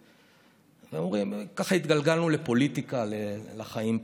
וככה התגלגלנו לפוליטיקה, לחיים פה.